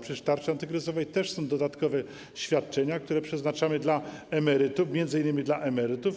Przecież w tarczy antykryzysowej też są dodatkowe świadczenia, które przeznaczamy dla emerytów, m.in. dla tych emerytów,